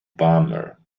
bummer